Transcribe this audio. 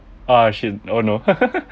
ah shit oh no